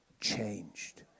changed